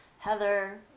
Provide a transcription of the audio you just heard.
Heather